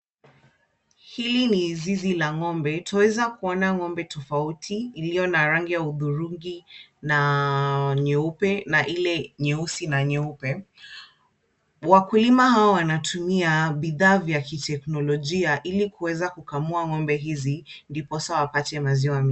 Hili ni zizi la ng'ombe, twaweza kuona ng'ombe tofauti iliyo na rangi ya hudhurungi na nyeupe na ile nyeusi na nyeupe. Wakulima hawa wanatumia bidhaa vya kiteknolojia ili kuweza kukamua ng'ombe hizi ndiposa wapate maziwa.